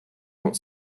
not